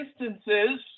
instances